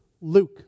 Luke